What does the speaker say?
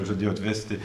žadėjo atvesti